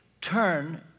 turn